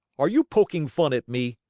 are you poking fun at me?